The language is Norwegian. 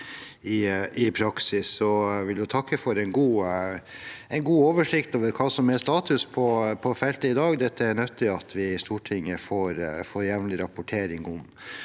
takke for en god oversikt over hva som er status på feltet i dag. Dette er det nyttig at vi i Stortinget får jevnlig rapportering om.